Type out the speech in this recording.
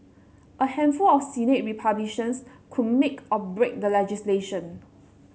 a handful of Senate Republicans could make or break the legislation